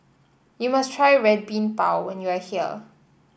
you must try Red Bean Bao when you are here